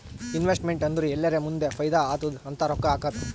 investment ಅಂದುರ್ ಎಲ್ಲಿರೇ ಮುಂದ್ ಫೈದಾ ಆತ್ತುದ್ ಅಂತ್ ರೊಕ್ಕಾ ಹಾಕದ್